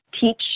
teach